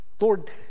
Lord